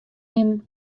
immen